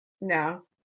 No